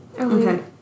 Okay